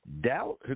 Doubt